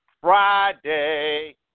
Friday